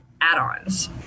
add-ons